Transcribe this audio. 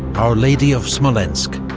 our lady of smolensk,